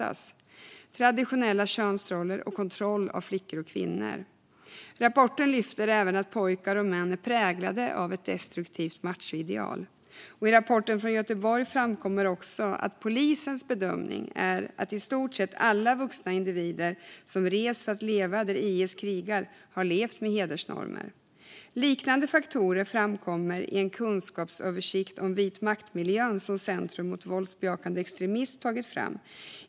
Man ser traditionella könsroller och kontroll av flickor och kvinnor. I rapporten lyfts även att pojkar och män är präglade av ett destruktivt machoideal. Det framkommer också att polisens bedömning är att i stort sett alla vuxna individer som har rest för att leva där IS krigar har levt med hedersnormer. Liknande faktorer framkommer i en kunskapsöversikt om vit makt-miljön som Center mot våldsbejakande extremism har tagit fram.